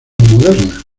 modernas